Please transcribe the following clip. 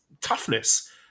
toughness